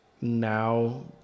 now